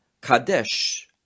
kadesh